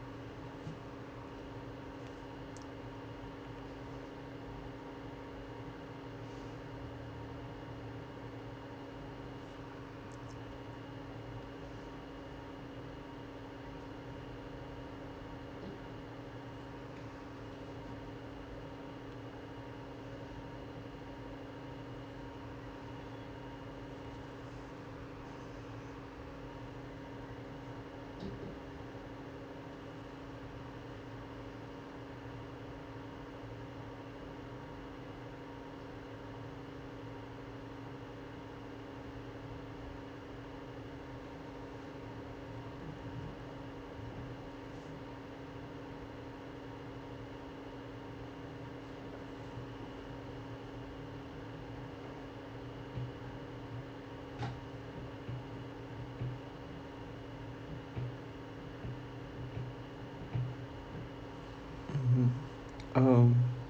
mmhmm um